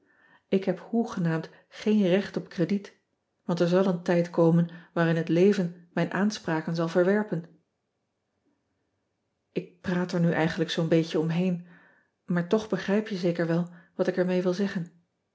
k heb hoenaamd geen recht op crediet want er zal een tijd komen waarin het even mijn aanspraken zal verwerpen k praat er nu eigenlijk zoo n beetje om heen maar toch begrijp je zeker wel wat ik ermee wil zeggen